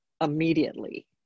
immediately